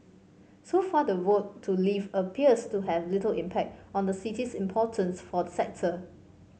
so far the vote to leave appears to have little impact on the city's importance for the sector